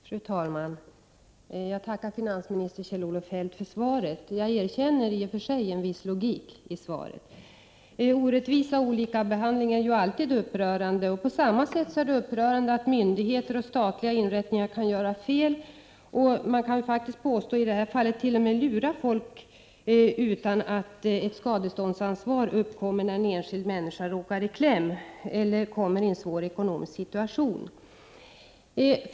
Fru talman! Jag tackar finansminister Kjell-Olof Feldt för svaret. Jag erkänner i och för sig en viss logik i svaret. Orättvisa och olika behandling är ju alltid upprörande. På samma sätt är det upprörande att myndigheter och statliga inrättningar kan göra fel —i det här fallet kan man faktiskt påstå att de t.o.m. har lurat folk — utan att ett skadeståndsansvar uppkommer. Det är upprörande när följden blir att en enskild människa råkar i kläm eller kommer i en svår ekonomisk situation.